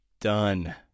done